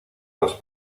los